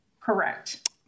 Correct